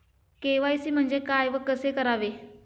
KYC म्हणजे काय व कसे करावे?